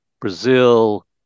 Brazil